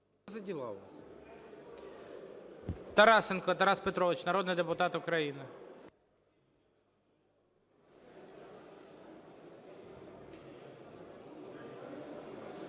Тарасенко Тарас Петрович, народний депутат України.